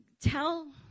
tell